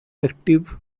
active